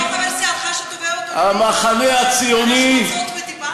זה לא חבר סיעתך שתובע אותו במקרה על השמצות ודיבה?